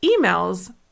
emails